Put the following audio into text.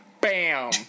Bam